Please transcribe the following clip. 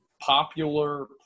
popular